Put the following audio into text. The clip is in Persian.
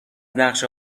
نقشه